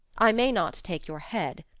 i may not take your head,